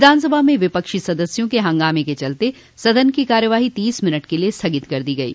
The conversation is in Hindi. विधानसभा में विपक्षी सदस्यों के हंगामे के चलते सदन की कार्यवाही तीस मिनट के लिए स्थगित कर दी गयी